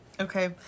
Okay